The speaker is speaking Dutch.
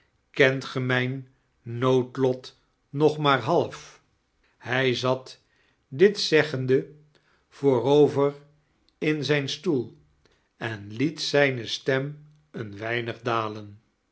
kent ge mijn noodlot nog maar half hij zat dit zeggende voorover in zijn stoel en liet zijne stem een weinig dalen